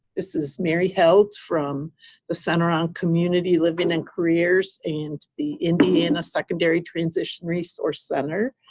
this is mary held from the center on community living and careers and the indiana secondary transition resource center.